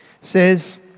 says